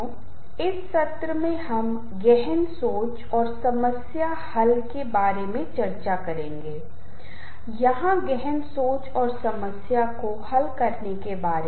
आज की बातचीत में हम अनिवार्य रूप से संगीत के साथ काम करेंगे लेकिन हम ध्वनियों के साथ भी व्यवहार करेंगे